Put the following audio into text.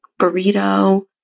burrito